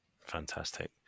Fantastic